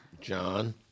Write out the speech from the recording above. John